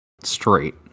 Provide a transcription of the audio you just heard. straight